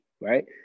right